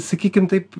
sakykim taip